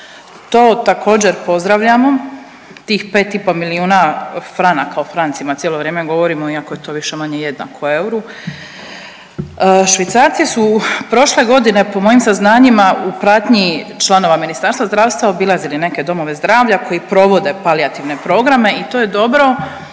to također pozdravljamo tih 5,5 milijuna franaka o francima cijelo vrijeme govorimo, iako je to više-manje jednako euru, Švicarci su prošle godine po mojim saznanjima u pratnji članova Ministarstva zdravstva obilazili neke domove zdravlja koji provode palijativne programe i to je dobro